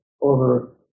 over